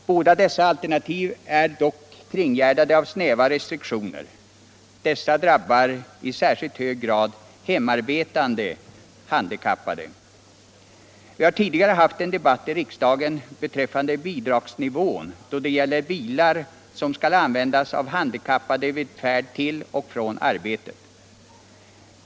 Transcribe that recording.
Båda dessa alternativ är dock kringgärdade av snäva restriktioner. Dessa drabbar i särskilt hög grad hemarbetande handikappade. Vi har tidigare haft en debatt i riksdagen beträffande bidragsnivån då det gäller bilar som skall användas av handikappade vid färd till och från arbetet.